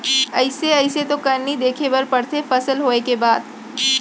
अइसे अइसे तो करनी देखे बर परथे फसल होय के बाद